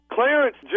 Clarence